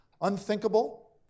Unthinkable